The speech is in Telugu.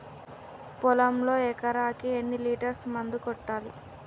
పొలంలో ఎకరాకి ఎన్ని లీటర్స్ మందు కొట్టాలి?